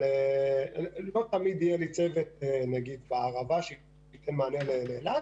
לא תמיד יהיה לי צוות נגיד בערבה שייתן מענה לאילת,